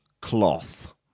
cloth